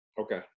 Okay